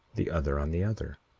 the other on the other